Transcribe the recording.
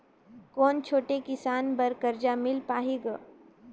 कौन छोटे किसान बर कर्जा मिल पाही ग?